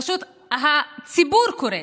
פשוט, הציבור קורס,